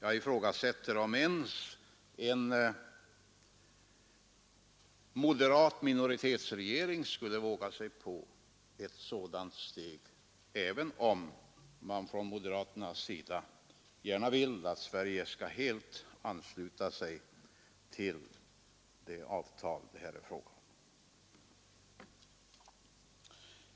Jag ifrågasätter om ens en moderat minoritetsregering skulle våga sig på ett sådant steg, även om man från moderaternas sida gärna vill att Sverige skall helt ansluta sig till det avtal det här är fråga om.